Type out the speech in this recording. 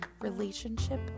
relationship